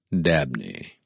Dabney